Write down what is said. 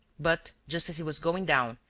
but, just as he was going down,